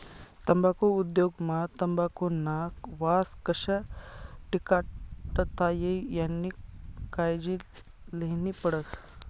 तम्बाखु उद्योग मा तंबाखुना वास कशा टिकाडता ई यानी कायजी लेन्ही पडस